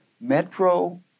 Metro